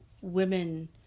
women